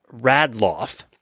Radloff